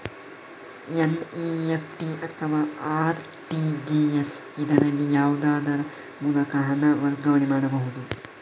NEFT ಅಥವಾ RTGS, ಇದರಲ್ಲಿ ಯಾವುದರ ಮೂಲಕ ಹಣ ವರ್ಗಾವಣೆ ಮಾಡಬಹುದು?